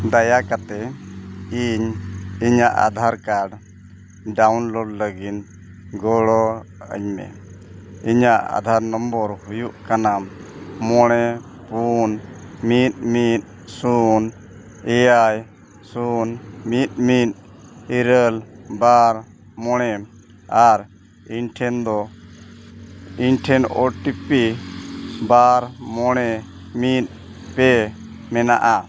ᱫᱟᱭᱟ ᱠᱟᱛᱮᱫ ᱤᱧ ᱤᱧᱟᱹᱜ ᱟᱫᱷᱟᱨ ᱠᱟᱨᱰ ᱰᱟᱣᱩᱱᱞᱳᱰ ᱞᱟᱹᱜᱤᱫ ᱜᱚᱲᱚ ᱟᱹᱧ ᱢᱮ ᱤᱧᱟᱹᱜ ᱟᱫᱷᱟᱨ ᱱᱚᱢᱵᱚᱨ ᱦᱩᱭᱩᱜ ᱠᱟᱱᱟ ᱢᱚᱬᱮ ᱯᱩᱱ ᱢᱤᱫ ᱢᱤᱫ ᱥᱩᱱ ᱮᱭᱟᱭ ᱥᱩᱱ ᱢᱤᱫ ᱢᱤᱫ ᱤᱨᱟᱹᱞ ᱵᱟᱨ ᱢᱚᱬᱮ ᱟᱨ ᱤᱧ ᱴᱷᱮᱱ ᱫᱚ ᱤᱧ ᱴᱷᱮᱱ ᱳ ᱴᱤ ᱯᱤ ᱵᱟᱨ ᱢᱚᱬᱮ ᱢᱤᱫ ᱯᱮ ᱢᱮᱱᱟᱜᱼᱟ